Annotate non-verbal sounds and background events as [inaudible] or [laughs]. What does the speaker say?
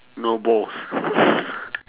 no balls [laughs]